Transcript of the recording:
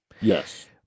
Yes